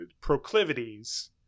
proclivities